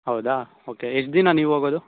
ಹೌದಾ ಓಕೆ ಎಷ್ಟು ದಿನ ನೀವು ಹೋಗೋದು